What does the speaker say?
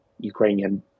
Ukrainian